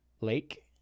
Lake